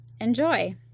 Enjoy